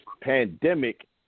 pandemic